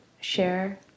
share